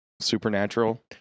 supernatural